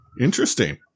Interesting